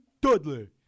Dudley